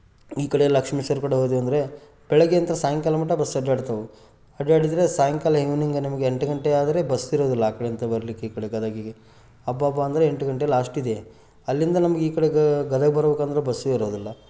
ಈ ಕಡೆ ಲಕ್ಷ್ಮೀಶ್ವರ್ ಕಡೆ ಹೋದ್ವಿ ಅಂದರೆ ಬೆಳಗ್ಗೆಯಿಂದ ಸಾಯಂಕಾಲ ಮಟ್ಟ ಬಸ್ ಅಡ್ಯಾಡ್ತವು ಅಡ್ಡಾಡಿದರೆ ಸಾಯಂಕಾಲ ಈವ್ನಿಂಗ್ ನಮಗೆ ಎಂಟು ಗಂಟೆಯಾದರೆ ಬಸ್ ಇರುವುದಿಲ್ಲ ಆ ಕಡೆಯಿಂದ ಬರಲಿಕ್ಕೆ ಈ ಕಡೆ ಗದಗಿಗೆ ಅಬ್ಬಬ್ಬ ಅಂದರೆ ಎಂಟು ಗಂಟೆ ಲಾಸ್ಟಿದೆ ಅಲ್ಲಿಂದ ನಮಗೆ ಈ ಕಡೆಗೆ ಗದಗ ಬರ್ಬೇಕಂದ್ರೆ ಬಸ್ಸೇ ಇರುವುದಿಲ್ಲ